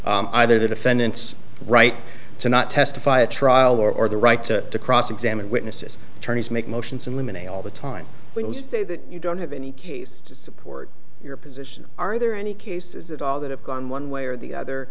either the defendant's right to not testify a trial lawyer or the right to cross examine witnesses attorneys make motions and women a all the time when you say that you don't have any case to support your position are there any cases at all that have gone one way or the other